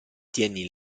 tieni